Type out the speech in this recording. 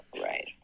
Right